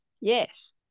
yes